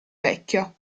vecchio